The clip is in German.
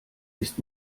ist